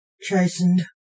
chastened